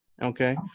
Okay